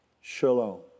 shalom